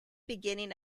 beginning